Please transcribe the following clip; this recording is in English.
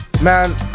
man